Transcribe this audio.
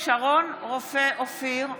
שרון רופא אופיר,